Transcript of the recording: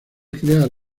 crear